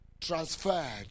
Transferred